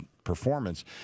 Performance